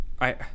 I